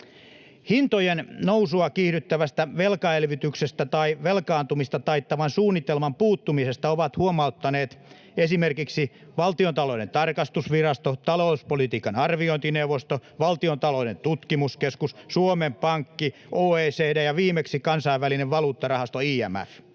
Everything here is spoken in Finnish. Hintojen nousua kiihdyttävästä velkaelvytyksestä tai velkaantumista taittavan suunnitelman puuttumisesta ovat huomauttaneet esimerkiksi Valtionta-louden tarkastusvirasto, talouspolitiikan arviointineuvosto, Valtion taloudellinen tutkimuskeskus, Suomen Pankki, OECD ja viimeksi Kansainvälinen valuuttarahasto IMF.